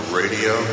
radio